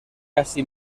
casi